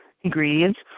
ingredients